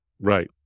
Right